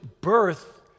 birth